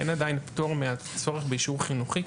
אין עדיין פטור מהצורך באישור חינוכי,